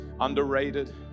underrated